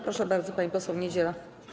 Proszę bardzo, pani poseł Niedziela.